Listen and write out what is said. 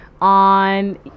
on